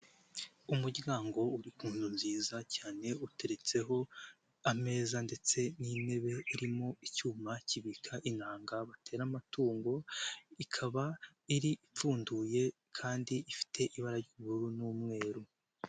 Umuryango uri ku nzu nziza cyane uteretseho ameza ndetse n'intebe irimo icyuma kibika inanga batera amatungo ikaba iri ipfunduye kandi ifite ibara ry'ubururu n'umweru.